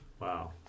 Wow